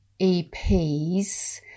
EPs